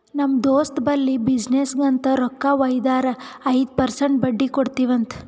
ನಮ್ ದೋಸ್ತ್ ಬಲ್ಲಿ ಬಿಸಿನ್ನೆಸ್ಗ ಅಂತ್ ರೊಕ್ಕಾ ವೈದಾರ ಐಯ್ದ ಪರ್ಸೆಂಟ್ ಬಡ್ಡಿ ಕೊಡ್ತಿವಿ ಅಂತ್